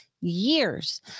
years